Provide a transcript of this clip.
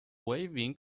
waving